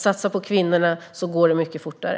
Satsa på kvinnorna så går det mycket fortare!